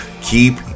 keep